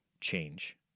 change